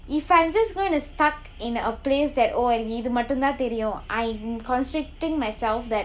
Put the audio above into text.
if I'm just gonna stuck in a place that oh எனக்கு இது மட்டும் தான் தெரியும்:enakku ithu mattum thaan theriyum I'm constricting myself that